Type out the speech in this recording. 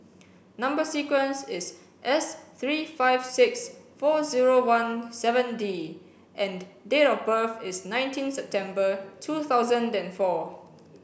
number sequence is S three five six four zero one seven D and date of birth is nineteen September two thousand and four